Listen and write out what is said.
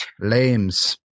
Lames